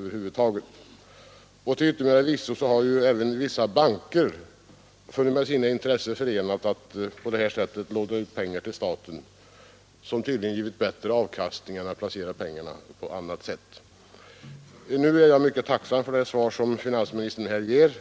medel Till yttermera visso har även vissa banker funnit med sina intressen förenligt att på det här sättet låna ut pengar till staten, som tydligen givit bättre avkastning än andra penningplaceringar. Nu är jag mycket tacksam för det svar som finansministern här ger,